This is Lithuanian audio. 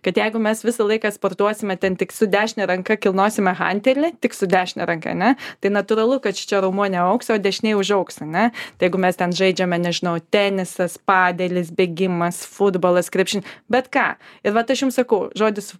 kad jeigu mes visą laiką sportuosime ten tik su dešine ranka kilnosime hantelį tik su dešine ranka ne tai natūralu kad šičia raumuo neaugs o dešinėj užaugs ane tai jeigu mes ten žaidžiame nežinau tenisas padelis bėgimas futbolas krepšinis bet ką ir vat aš jums sakau žodis